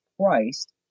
Christ